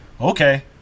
Okay